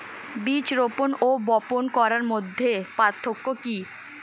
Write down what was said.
বীজ রোপন ও বপন করার মধ্যে পার্থক্য কি?